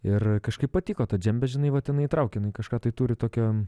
ir kažkaip patiko ta džembe žinai vat jinai įtraukė jinai kažką tai turi tokio